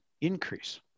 increase